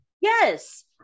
Yes